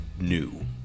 new